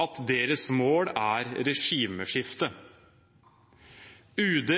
at deres mål er regimeskifte. UD